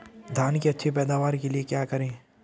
धान की अच्छी पैदावार के लिए क्या करें?